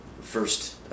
first